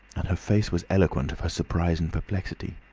and her face was eloquent of her surprise and perplexity.